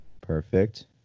Perfect